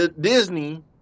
Disney